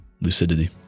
Lucidity